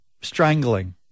Strangling